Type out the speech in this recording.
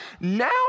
Now